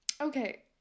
Okay